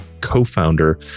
co-founder